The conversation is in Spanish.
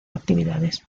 actividades